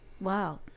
wow